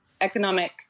economic